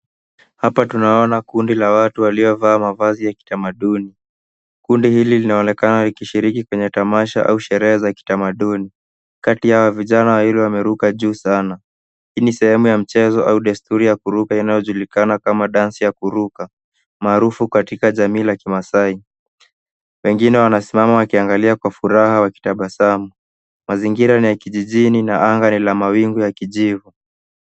Hapa tunaona kundi la watu waliovaa mavazi ya itamaduni. Kundi hili linaonekana likishiriki kwenye tamasha au sherehe za kitamaduni. Kati yao vijana wawili wameruka juu sana. Hii ni sehemuya michezo au desturi ya kuruka inayojulikana kama dansi ya kuruka, maarufu katika jamii la kimaasai. Wengine wanasimama wakianglia kwa furaha wakitabasamu. Mazingira ni ya kijijina na anga ni la rangi ya kijivu.